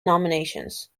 nominations